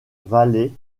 valets